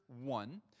one